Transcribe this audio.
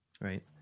right